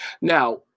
Now